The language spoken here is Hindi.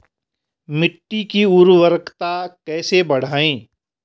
मिट्टी की उर्वरकता कैसे बढ़ायें?